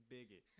Bigot